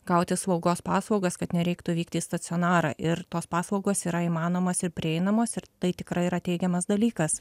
gauti slaugos paslaugas kad nereiktų vykti į stacionarą ir tos paslaugos yra įmanomos ir prieinamos ir tai tikrai yra teigiamas dalykas